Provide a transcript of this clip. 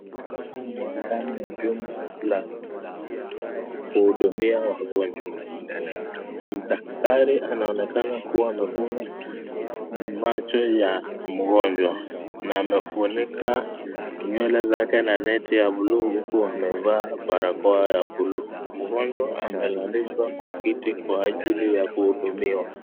Hapa ni jumba la kuhudumia wagonjwa daktari anaonekana kua amefunga macho ya mgonjwa na amefunika nywele zake na neti ya buluu huku amevaa barakoa ya buluu. Mgonjwa amelalishwa kwa kiti kwa ajili ya kuhudumiwa.